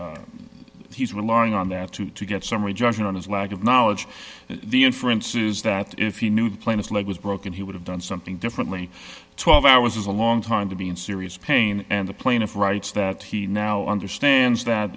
serious he's relying on that to get some rejection on his lack of knowledge the inference is that if you knew the plainest leg was broken he would have done something differently twelve hours is a long time to be in serious pain and the plaintiff writes that he now understands that